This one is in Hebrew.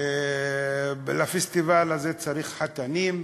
ולפסטיבל הזה צריך חתנים,